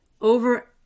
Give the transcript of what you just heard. over